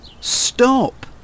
Stop